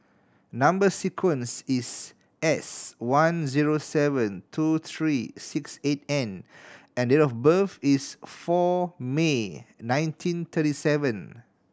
number sequence is S one zero seven two three six eight N and date of birth is four May nineteen thirty seven